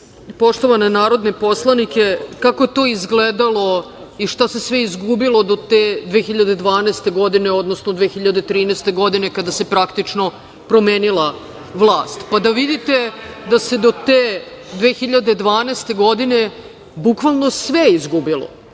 poštovane narodne poslanike kako je to izgledalo i šta se sve izgubilo do te 2012. godine, odnosno 2013. godine, kada se praktično promenila vlast, pa da vidite da se do te 2012. godine bukvalno sve izgubilo.